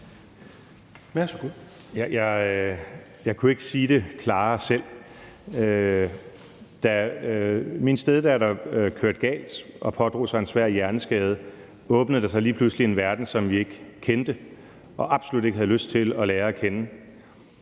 Jeg kunne ikke sige det klarere selv. Da min steddatter kørte galt og pådrog sig en svær hjerneskade, åbnede der sig lige pludselig en verden, som vi ikke kendte og absolut ikke havde lyst til at lære at kende.